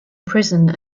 prison